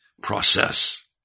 process